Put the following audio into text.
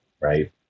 Right